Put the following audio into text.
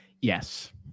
Yes